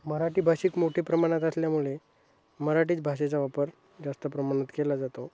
मराठी भाषिक मोठी प्रमाणात असल्यामुळे मराठीच भाषेचा वापर जास्त प्रमाणात केला जातो